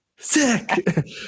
Sick